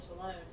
alone